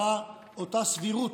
אותה סבירות.